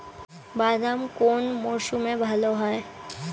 বাদাম কোন মরশুমে ভাল হয়?